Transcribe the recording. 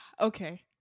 Okay